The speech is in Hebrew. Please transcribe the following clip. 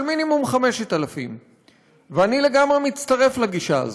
מינימום 5,000. ואני לגמרי מצטרף לגישה הזאת.